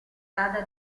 rada